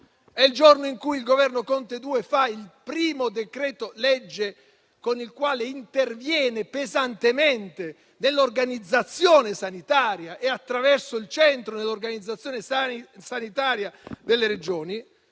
il giorno in cui il Governo Conte II varò il primo decreto-legge con il quale intervenne pesantemente nell'organizzazione sanitaria e attraverso il centro dell'organizzazione sanitaria delle Regioni.